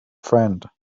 friend